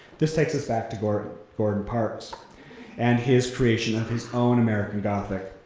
this takes us back to gordon gordon parks and his creation of his own american gothic.